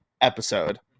episode